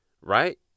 right